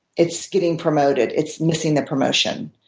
it's getting promoted. it's missing the promotion.